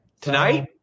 Tonight